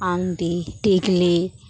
আংটি টিকলি